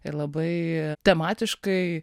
ir labai tematiškai